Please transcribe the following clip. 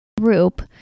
group